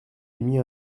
émis